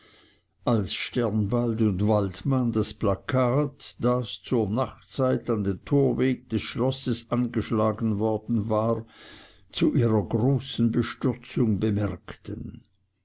als sternbald und waldmann das plakat das zur nachtzeit an den torweg des schlosses angeschlagen worden war zu ihrer großen bestürzung bemerkten